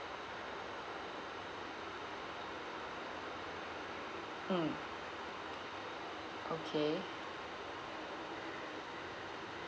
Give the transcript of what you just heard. mm okay